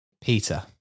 Peter